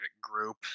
group